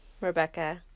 Rebecca